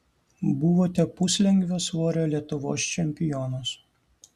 buvote puslengvio svorio lietuvos čempionas